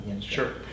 Sure